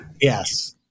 Yes